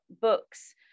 books